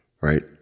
right